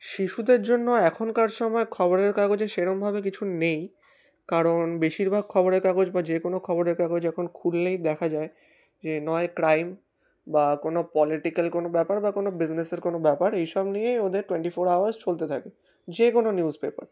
শিশুদের জন্য এখনকার সময় খবরের কাগজে সেরকমভাবে কিছু নেই কারণ বেশিরভাগ খবরের কাগজ বা যে কোনো খবরের কাগজ এখন খুললেই দেখা যায় যে নয় ক্রাইম বা কোনো পলিটিক্যাল কোনো ব্যাপার বা কোনো বিজনেসের কোনো ব্যাপার এইসব নিয়েই ওদের টোয়েন্টি ফোর আওয়ার্স চলতে থাকে যে কোনো নিউজ পেপার